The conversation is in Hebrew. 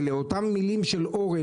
מאותן מילים של אורן,